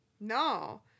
no